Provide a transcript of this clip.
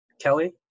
Kelly